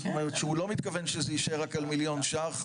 זאת אומרת שהוא לא מתכוון שזה יישאר רק על מליון ש"ח,